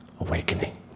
awakening